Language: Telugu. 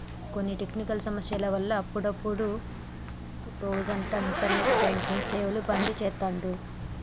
కొన్ని టెక్నికల్ సమస్యల వల్ల అప్పుడప్డు రోజంతా ఇంటర్నెట్ బ్యాంకింగ్ సేవలు బంద్ చేత్తాండ్రు